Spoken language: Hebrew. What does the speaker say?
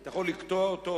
אתה יכול לקטוע אותו,